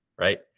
right